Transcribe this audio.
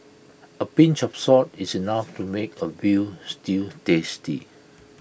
A pinch of salt is enough to make A Veal Stew tasty